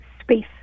space